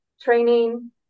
training